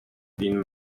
been